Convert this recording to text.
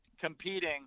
competing